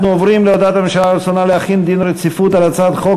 הודעת הממשלה על רצונה להחיל דיון רציפות על הצעת חוק